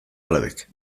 alabek